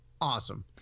awesome